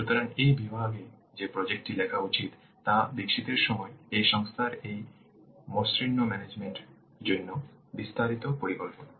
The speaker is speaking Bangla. সুতরাং এই বিভাগে যে প্রজেক্ট টি লেখা উচিত তা বিকশিতের সময় এই সংস্থার এই মসৃণ ম্যানেজমেন্ট জন্য বিস্তারিত পরিকল্পনা